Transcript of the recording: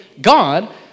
God